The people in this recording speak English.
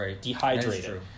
Dehydrated